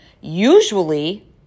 usually